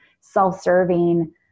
self-serving